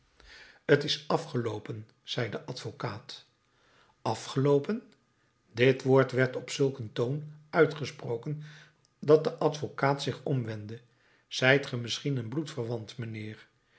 t is afgeloopen zei de advocaat afgeloopen dit woord werd op zulk een toon uitgesproken dat de advocaat zich omwendde zijt ge misschien een bloedverwant mijnheer